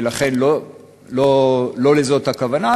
ולכן לא לזה הכוונה,